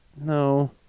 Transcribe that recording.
No